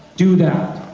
do that.